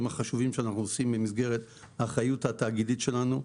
החשובים במסגרת האחריות התאגידית שלנו.